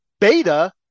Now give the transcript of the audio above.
beta